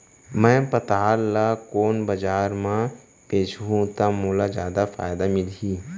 मैं पताल ल कोन बजार म बेचहुँ त मोला जादा फायदा मिलही?